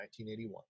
1981